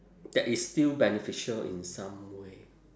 that is still beneficial in some way